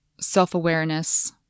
self-awareness